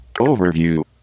overview